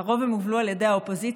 ולרוב הן הובלו על ידי האופוזיציה,